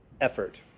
effort